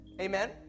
Amen